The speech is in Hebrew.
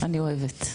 אני אוהבת,